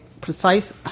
precise